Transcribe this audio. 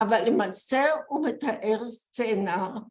‫אבל למעשה הוא מתאר סצנה.